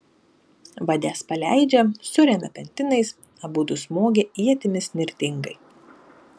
vades paleidžia suremia pentinais abudu smogia ietimis nirtingai